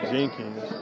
Jenkins